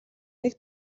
нэг